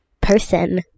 person